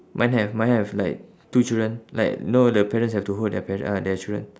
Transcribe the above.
mine have mine have like two children like no the parents have to hold their pare~ uh their children